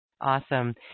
Awesome